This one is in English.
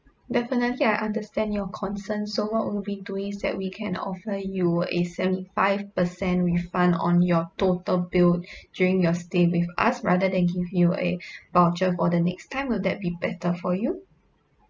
definitely I understand your concerns so what we'll be doing is that we can offer you a seventy five percent refund on your total bill during your stay with us rather than give you a voucher for the next time will that be better for you